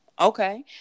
Okay